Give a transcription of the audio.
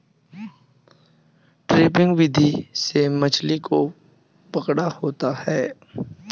trapping विधि से मछली को पकड़ा होता है